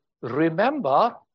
remember